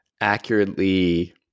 accurately